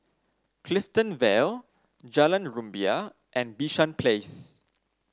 Clifton Vale Jalan Rumbia and Bishan Place